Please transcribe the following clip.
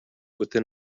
within